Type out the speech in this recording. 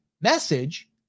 message